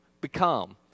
become